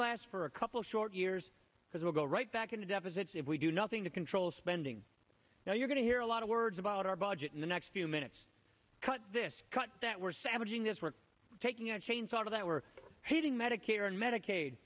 last for a couple short years because we'll go right back into deficits if we do nothing to control spending now you're going to hear a lot of words about our budget in the next few minutes cut this cut that we're savaging this we're taking a chainsaw out of that we're hitting medicare and medicaid